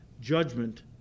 judgment